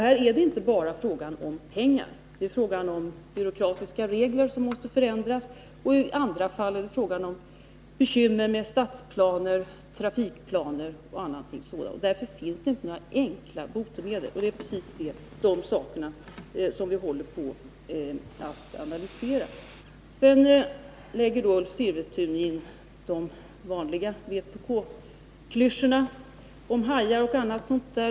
Här är det inte bara fråga om pengar, utan det är fråga om byråkratiska regler som måste förändras och i andra fall om bekymmer med stadsplaner, trafikplaner m.m. Därför finns det inte några enkla botemedel. Det är precis de sakerna som vi håller på att analysera. Ulf Sivertun tar upp de vanliga vpk-klyschorna om hajar och annat.